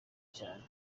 cyane